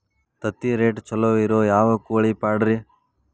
ತತ್ತಿರೇಟ್ ಛಲೋ ಇರೋ ಯಾವ್ ಕೋಳಿ ಪಾಡ್ರೇ?